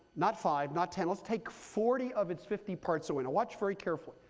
not five. not ten. let's take forty of its fifty parts away. now watch very carefully,